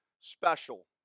special